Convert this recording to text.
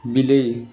ବିଲେଇ